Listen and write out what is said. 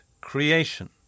creation